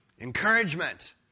Encouragement